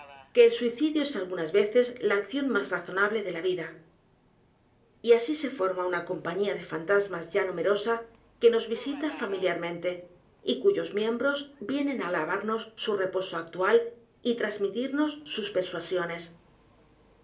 que el suicidio es algunas veces la acción más razonable de la vida y asi se forma una compañía de fantasmas ya numerosa que nos visita familiarmente y cuyos miembros vienen á alabarnos su reposo actual y t r a s mitirnos sus persuasiones